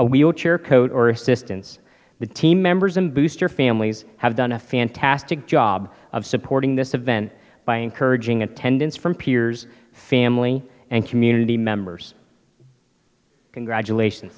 a wheelchair coach or assistance the team members and booster families have done a fantastic job of supporting this event by encouraging attendance from peers family and community members congratulations